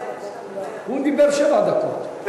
הוא דיבר שבע דקות.